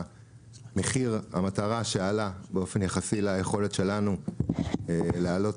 במחיר המטרה שעלה באופן יחסי ליכולת שלנו להעלות